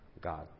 God